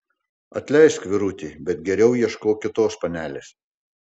atleisk vyruti bet geriau ieškok kitos panelės